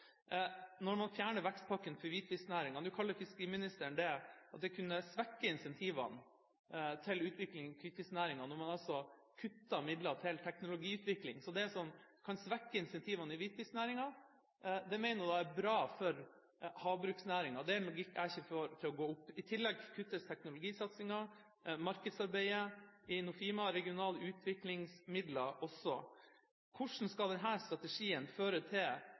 Når man fjerner vekstpakken for hvitfisknæringen – nå kaller fiskeriministeren det å kunne svekke incentivene til utviklingen i hvitfisknæringen, når man altså kutter midler til teknologiutvikling. Det som kan svekke incentivene i hvitfisknæringen, mener hun er bra for havbruksnæringen. Det er en logikk jeg ikke får til å gå opp. I tillegg kuttes også teknologisatsingen, markedsarbeidet i Nofima og regional utviklingsmidler. Hvordan skal denne strategien føre til